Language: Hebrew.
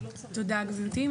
תודה, גברתי.